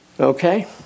Okay